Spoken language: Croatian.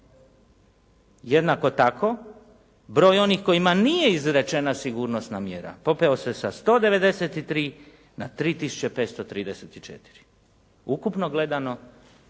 Jednako tako broj onih kojima nije izrečena sigurnosna mjera popeo se sa 193 na 3534. Ukupno gledano